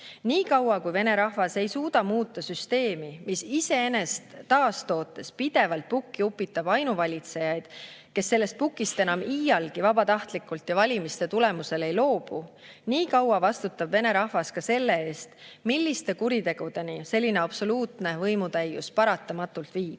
Niikaua kui Vene rahvas ei suuda muuta süsteemi, mis iseennast taastootes pidevalt pukki upitab ainuvalitsejaid, kes sellest pukist enam iialgi vabatahtlikult ja valimiste tulemusel ei loobu, nii kaua vastutab Vene rahvas ka selle eest, milliste kuritegudeni selline absoluutne võimutäius paratamatult viib.